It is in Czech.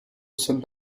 jsem